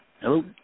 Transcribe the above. Hello